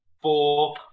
four